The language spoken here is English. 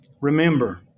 Remember